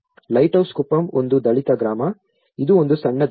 lighthouse Kuppam ಒಂದು ದಲಿತ ಗ್ರಾಮ ಇದು ಒಂದು ಸಣ್ಣ ದ್ವೀಪ